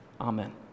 Amen